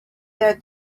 their